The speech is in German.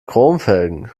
chromfelgen